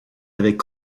avaient